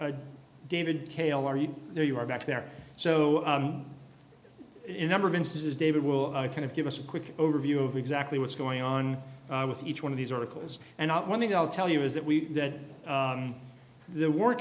and david kale are you there you are back there so in a number of instances david will kind of give us a quick overview of exactly what's going on with each one of these articles and one thing i'll tell you is that we that the w